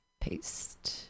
Paste